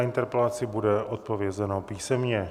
Na interpelaci bude odpovězeno písemně.